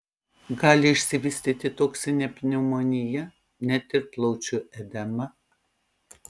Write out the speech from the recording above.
gali išsivystyti toksinė pneumonija net ir plaučių edema